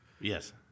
Yes